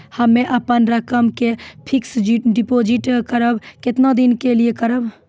हम्मे अपन रकम के फिक्स्ड डिपोजिट करबऽ केतना दिन के लिए करबऽ?